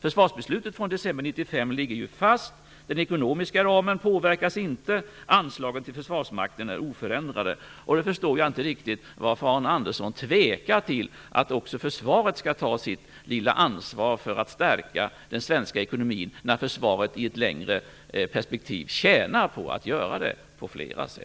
Försvarsbeslutet från december 1995 ligger ju fast. Den ekonomiska ramen påverkas inte. Anslagen till Jag förstår inte riktigt varför Arne Andersson tvekar när det gäller att försvaret skall ta sitt lilla ansvar för att stärka den svenska ekonomin, när försvaret i ett längre perspektiv på flera sätt tjänar på att göra det.